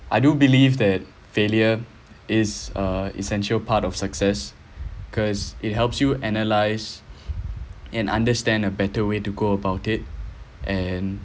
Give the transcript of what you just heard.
I do believe that failure is uh essential part of success because it helps you analyze and understand a better way to go about it and